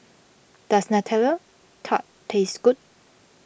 does Nutella Tart taste good